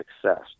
success